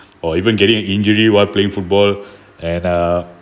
or even getting injury while playing football and uh